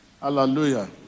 Hallelujah